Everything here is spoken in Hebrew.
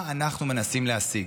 מה אנחנו מנסים להשיג,